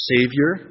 Savior